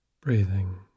breathing